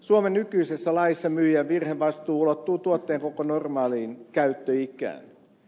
suomen nykyisessä laissa myyjän virhevastuu ulottuu tuotteen koko normaaliin käyttöikään